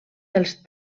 dels